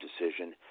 decision